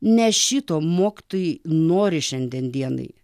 ne šito mokytojai nori šiandien dienai